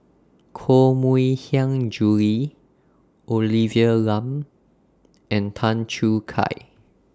Koh Mui Hiang Julie Olivia Lum and Tan Choo Kai